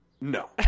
No